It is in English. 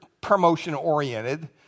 promotion-oriented